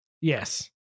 Yes